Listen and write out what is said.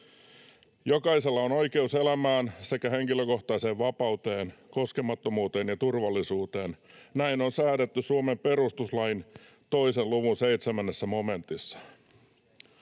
’Jokaisella on oikeus elämään sekä henkilökohtaiseen vapauteen, koskemattomuuteen ja turvallisuuteen.’ Näin on säädetty Suomen perustuslain 2 luvun 7 momentissa.